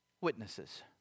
witnesses